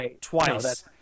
twice